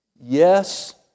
Yes